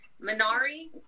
minari